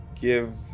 give